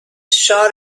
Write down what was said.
shot